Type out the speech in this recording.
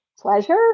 pleasure